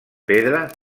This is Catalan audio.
pedra